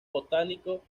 botánico